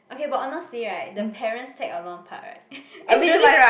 okay but honestly right the parents tag along part right is really